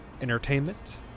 entertainment